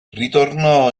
ritornò